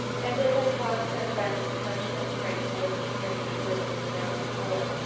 and as i talked, i finally touched on frank woods' strange words of the night before.